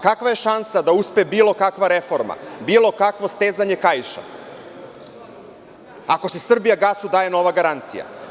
Kakva je šansa da uspe bilo kakva reforma, bilo kakvo stezanje kaiša ako se „Srbijagasu“ daje nova garancija?